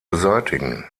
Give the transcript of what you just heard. beseitigen